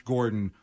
Gordon